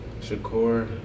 Shakur